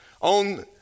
On